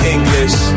English